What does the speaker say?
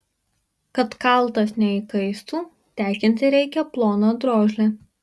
kad kaltas neįkaistų tekinti reikia ploną drožlę